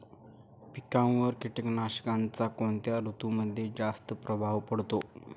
पिकांवर कीटकनाशकांचा कोणत्या ऋतूमध्ये जास्त प्रभाव पडतो?